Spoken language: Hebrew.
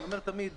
אני אומר תמיד,